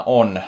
on